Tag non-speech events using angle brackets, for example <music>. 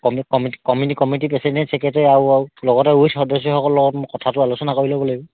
committee কমিটিত president secretary আৰু লগতে <unintelligible> সদস্যসকল লগত এই কথাটো আলোচনা কৰি ল'ব লাগিব